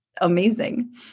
amazing